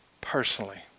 personally